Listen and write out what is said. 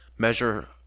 measure